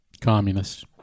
Communists